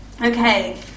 Okay